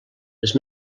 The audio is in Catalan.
les